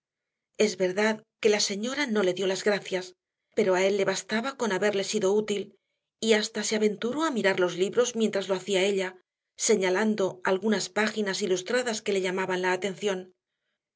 es verdad que la señora no le dio las gracias pero a él le bastaba con haberle sido útil y hasta se aventuró a mirar los libros mientras lo hacía ella señalando algunas páginas ilustradas que le llamaban la atención